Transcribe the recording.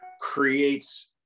creates